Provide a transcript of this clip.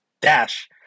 dash